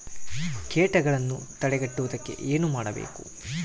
ಕೇಟಗಳನ್ನು ತಡೆಗಟ್ಟುವುದಕ್ಕೆ ಏನು ಮಾಡಬೇಕು?